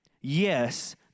Yes